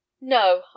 No